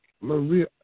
Maria